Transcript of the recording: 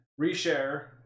reshare